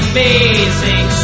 Amazing